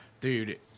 dude